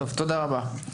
תודה רבה.